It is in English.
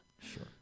Sure